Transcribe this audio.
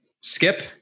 skip